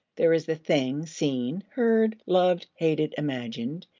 there is the thing seen, heard, loved, hated, imagined,